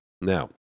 Now